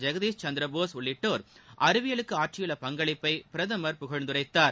ஜெகதீஷ் சந்திரபோஸ் உள்ளிட்டோர் அறிவியலுக்கு ஆற்றியுள்ள பங்களிப்பை பிரதமர் புகழ்ந்துரைத்தார்